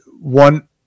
one